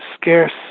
scarce